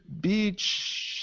beach –